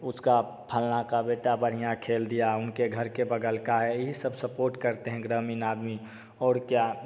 उसका फलाना का बेटा बढ़िया खेल दिया उनके घर के बगल का है ये सब सपोर्ट करते हैं ग्रमीण आदमी और क्या